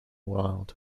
wild